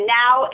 now